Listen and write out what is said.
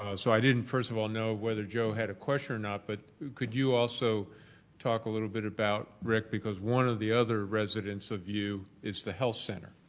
ah so, i didn't first of all know whether joe had a question or not but could you also talk a little bit about rick because one of the other residents of u is the health center.